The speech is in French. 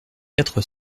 quatre